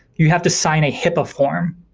you have to sign a hipaa form,